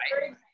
right